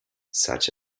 such